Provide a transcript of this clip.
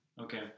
Okay